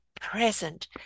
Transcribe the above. present